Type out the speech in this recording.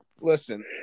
Listen